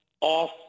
off